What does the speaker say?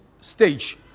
stage